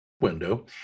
window